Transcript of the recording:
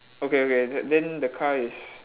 okay okay then then the car is